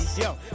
yo